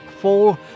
Fall